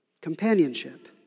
companionship